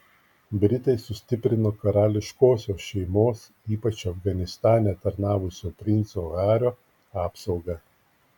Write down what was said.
britai sustiprino karališkosios šeimos ypač afganistane tarnavusio princo hario apsaugą